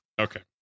okay